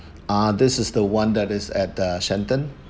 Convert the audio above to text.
uh this is the one that is at uh shenton